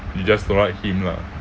he just don't like him lah